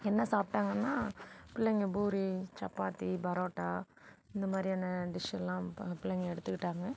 என்ன சாப்பிட்டாங்கன்னா பிள்ளைங்கள் பூரி சப்பாத்தி பரோட்டா இந்த மாதிரியான டிஷெல்லாம் பிள்ளைங்கள் எடுத்துகிட்டாங்க